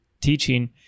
teaching